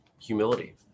Humility